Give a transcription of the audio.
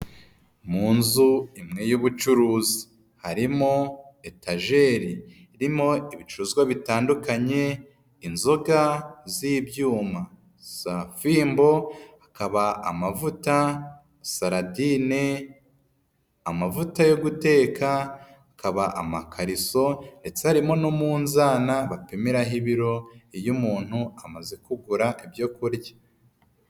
Mu nzu imwe y'ubucuruzi, harimo etageri irimo ibicuruzwa bitandukanye, inzoga z'ibyuma, za fimbo, hakaba amavuta, saladine, amavuta yo guteka, hakaba amakariso, ndetse harimo n'umunzani bapimiraho ibiro iyo umuntu amaze kugura ibyoku kurya.